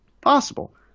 possible